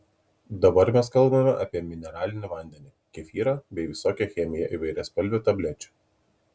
dabar mes kalbame apie mineralinį vandenį kefyrą bei visokią chemiją įvairiaspalvių tablečių